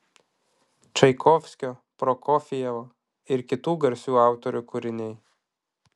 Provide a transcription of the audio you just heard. čaikovskio prokofjevo ir kitų garsių autorių kūriniai